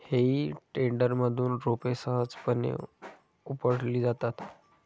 हेई टेडरमधून रोपे सहजपणे उपटली जातात